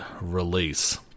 release